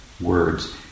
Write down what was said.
words